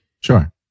sure